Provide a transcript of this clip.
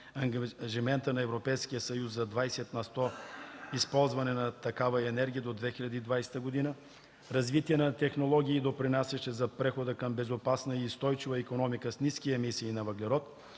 ангажимента на Европейския съюз за 20 на сто използване на такава енергия до 2020 г., развитие на технологии, допринасящи за прехода към безопасна и устойчива икономика с ниски емисии на въглерод,